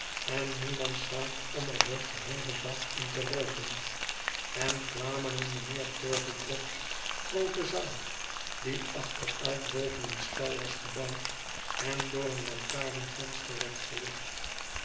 en niemands zaak om er den geheelen dag in te rooken en kwamen in mijnheer turveydrop's groote zaal die achteruit boven een stal was gebouwd en door een lantarenvenster werd verlicht